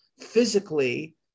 physically